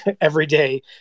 everyday